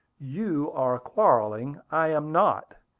you are quarrelling i am not.